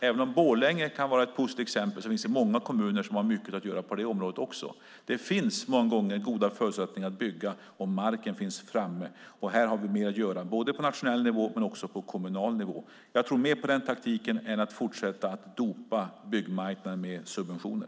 Även om Borlänge kan vara ett positivt exempel finns det många kommuner som har mycket att göra på det området. Det finns många gånger goda förutsättningar att bygga om marken finns framme. Här har vi mer att göra både på nationell nivå och på kommunal nivå. Jag tror mer på den taktiken än att fortsätta att dopa byggmarknaden med subventioner.